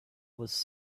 was